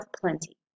plenty